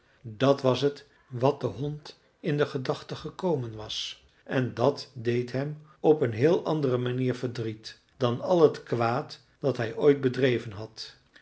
dat was het wat den hond in de gedachte gekomen was en dat deed hem op een heel andere manier verdriet dan al het kwaad dat hij ooit bedreven had